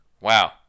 Wow